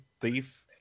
Thief